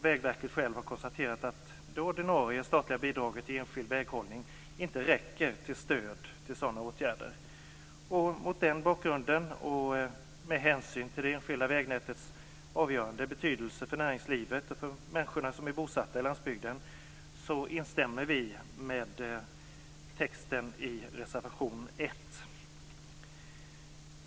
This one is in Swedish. Vägverket självt har konstaterat att det ordinarie statliga bidraget till enskild väghållning inte räcker till stöd till sådana åtgärder. Mot den bakgrunden och med hänsyn till det enskilda vägnätets avgörande betydelse för näringslivet och för människorna som är bosatta på landsbygden instämmer vi med texten i reservation 1.